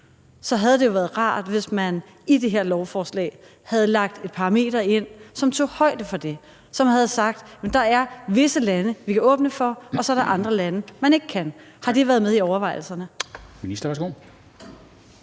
det havde været rart, hvis man i det her lovforslag havde lagt et parameter ind, som tog højde for det, så man havde sagt, at der er visse lande, vi kan åbne for, mens der er andre lande, vi ikke kan åbne for. Har det været med i overvejelserne?